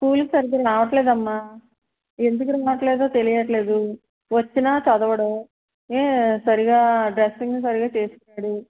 స్కూల్కి సరిగ్గా రావటంలేదమ్మా ఎందుకని రావట్లేదో తెలియట్లేదు వచ్చినా చదవడు ఎం సరిగ్గా డ్రెస్సింగ్ సరిగ్గా చేసుకోడు